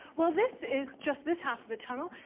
well, this is just this half of the tunnel.